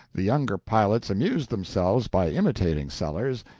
the younger pilots amused themselves by imitating sellers,